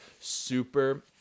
super